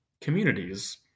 communities